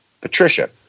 Patricia